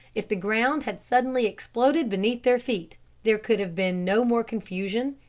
if the ground had suddenly exploded beneath their feet there could have been no more confusion,